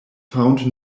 found